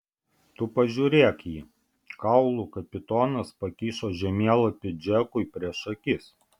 tu pažiūrėk jį kaulų kapitonas pakišo žemėlapį džekui prieš akis